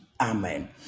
Amen